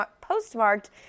postmarked